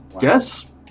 yes